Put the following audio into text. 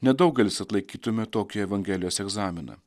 nedaugelis atlaikytume tokį evangelijos egzaminą